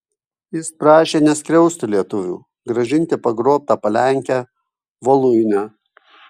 jis prašė neskriausti lietuvių grąžinti pagrobtą palenkę voluinę